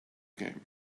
game